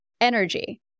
energy